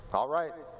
all right.